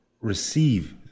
receive